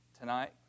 tonight